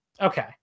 okay